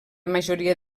majoria